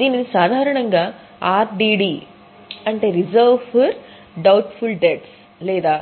దీనిని సాధారణంగా RDD లేదా